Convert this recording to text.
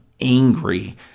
angry